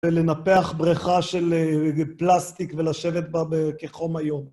ולנפח בריכה של פלסטיק ולשבת בה כחום היום.